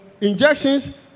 injections